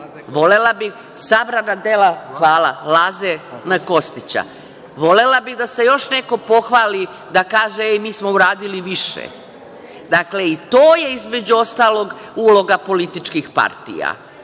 Srpkinje, sabrana dela Laze Kostića. Volela bih da se još neko pohvali i da kaže – mi smo uradili više. Dakle, i to je između ostalog uloga političkih partija,